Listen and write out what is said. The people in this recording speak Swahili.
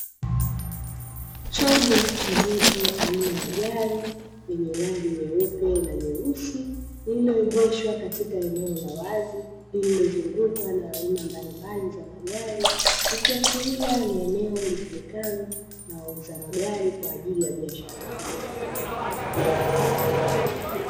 Chombo cha moto aina ya gari lenye rangi nyeupe na nyeusi limeegeshwa katika eneo la wazi lililozungukwa na aina mbalimbali za magari, ikiashiria ni eneo litumikalo na wauzaji wa magari kwa ajili ya biashara hiyo.